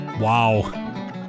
Wow